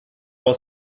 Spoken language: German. aus